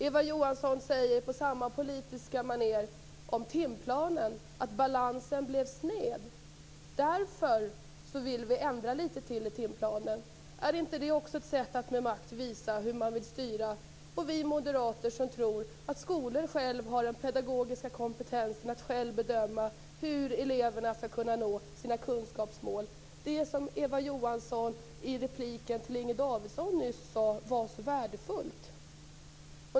Eva Johansson säger, på samma politiska manér, om timplanen att balansen blev sned och att man därför vill ändra litet till i timplanen. Är inte det också ett sätt att med makt visa hur man vill styra? Vi moderater tror att skolan har den pedagogiska kompetensen att själv bedöma hur eleverna skall kunna nå sina kunskapsmål - det som Eva Johansson i repliken till Inger Davidson nyss sade var så värdefullt.